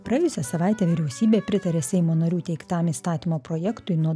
praėjusią savaitę vyriausybė pritarė seimo narių teiktam įstatymo projektui nuo